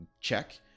check